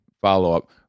follow-up